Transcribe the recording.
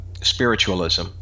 spiritualism